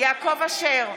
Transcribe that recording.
יעקב אשר,